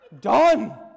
Done